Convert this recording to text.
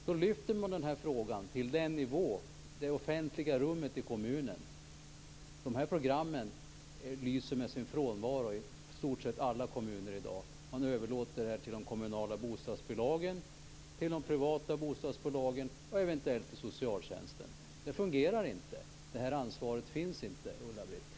Då lyfter man den här frågan till den nivån, till det offentliga rummet i kommunen. Programmen lyser med sin frånvaro i stort sett i alla kommuner i dag. Man överlåter det här till de kommunala bostadsbolagen, till de privata bostadsbolagen och eventuellt till socialtjänsten. Det fungerar inte. Ansvaret finns inte, Ulla-Britt